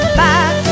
back